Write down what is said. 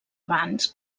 abans